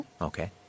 Okay